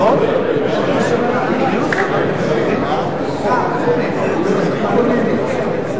אז כנראה יש כאן טעות,